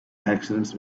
accidents